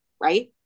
right